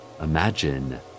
Imagine